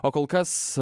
o kol kas